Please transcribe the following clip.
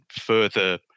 further